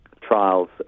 trials